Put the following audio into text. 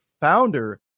founder